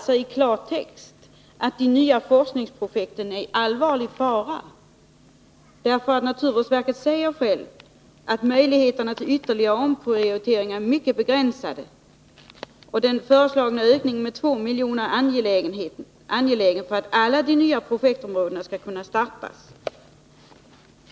Det innebär i klartext att de nya forskningsprojekten är i allvarlig fara. Naturvårdsverket säger självt att möjligheterna till ytterligare omprioriteringar är mycket begränsade, och den föreslagna ökningen med 2 miljoner är angelägen för att alla de nya projekten skall kunna startas.